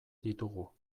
ditugu